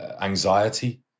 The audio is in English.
anxiety